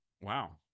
Wow